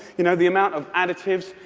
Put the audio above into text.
you know, the amount of additives,